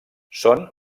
són